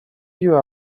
you